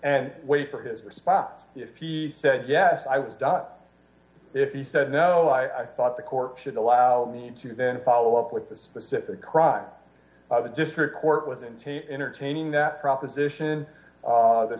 and wait for his response if he said yes i was done if he said no i thought the court should allow me to then follow up with a specific crime the district court with and entertaining that proposition